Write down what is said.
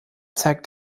zeigt